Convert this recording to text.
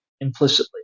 implicitly